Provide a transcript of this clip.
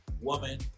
woman